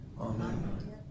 Amen